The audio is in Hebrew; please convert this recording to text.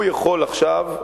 והוא יכול עכשיו,